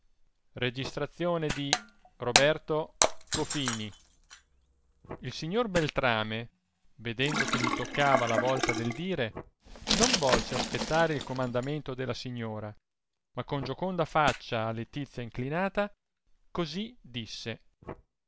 fino alla morte il signor beltrame che le sedeva presso vedendo che gli toccava la volta del dire non volse aspettare il comandamento della signora ma con gioconda faccia a letizia inclinata così disse